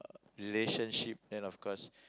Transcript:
relationship then of course